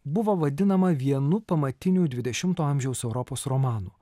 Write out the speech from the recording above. buvo vadinama vienu pamatinių dvidešimto amžiaus europos romanų